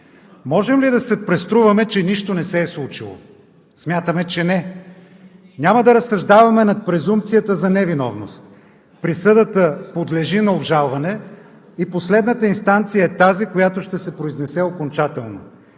Можем ли да се преструваме, че нищо не се е случило?! Смятаме, че не. Няма да разсъждаваме над презумпцията за невиновност. Присъдата подлежи на обжалване и последната инстанция е тази, която ще се произнесе окончателно.